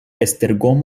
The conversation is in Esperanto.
esztergom